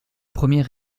premier